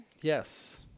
Yes